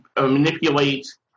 manipulate